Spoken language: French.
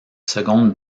seconde